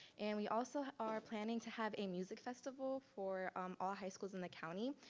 and we also are planning to have a music festival for um all high schools in the county.